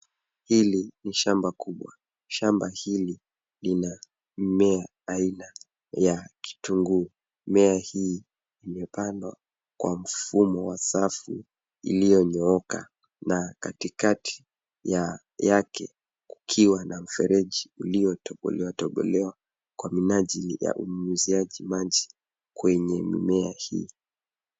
Hili ni shamba kubwa, shamba hili lina mimea aina ya kitunguu, mimea hii imepandwa kwa mfumo wa safu iliyonyooka na katikati yake kukiwa na mfereji uliotobolewa tobolewa kwa minajili ya unyunyiziaji maji kwenye mimea hii.